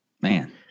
Man